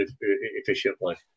efficiently